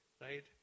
right